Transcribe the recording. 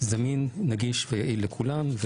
זמין נגיש ויעיל לכולם,